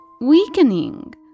weakening